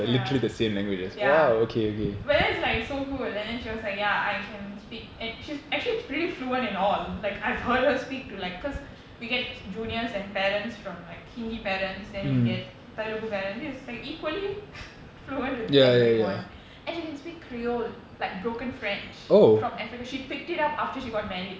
ya ya but that's like so good then she was like ya I can speak and she's actually pretty fluent in all like I've heard her speak to like cause we get juniors and parents from like hindi parents then we get Telugu parents she's like equally fluent with everyone and she can speak creole like broken french from africa she picked it up after she got married